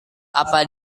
apa